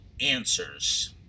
answers